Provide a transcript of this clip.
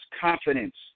confidence